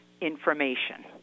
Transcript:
information